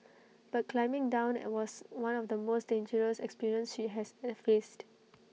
but climbing down I was one of the most dangerous experience she has A faced